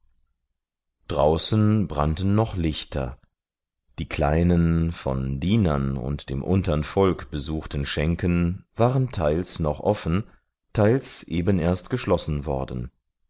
draußen brannten noch lichter die kleinen von dienern und dem untern volk besuchten schenken waren teils noch offen teils eben erst geschlossen worden